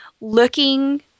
looking